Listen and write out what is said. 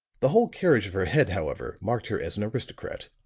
the whole carriage of her head, however, marked her as an aristocrat,